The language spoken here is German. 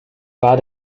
war